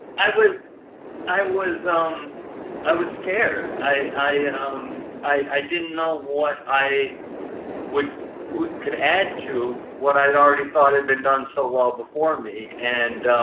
i was i was um i was scared. i um i didn't know what i would could add to what i'd already thought had been done so well before me. and